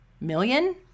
million